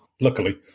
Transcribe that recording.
luckily